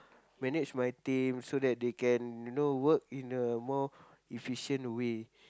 manage my team so that they can you know work in a more efficient way